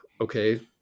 okay